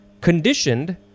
conditioned